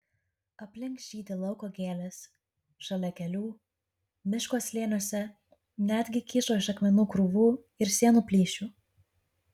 aplink žydi lauko gėlės šalia kelių miško slėniuose netgi kyšo iš akmenų krūvų ir sienų plyšių